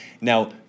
Now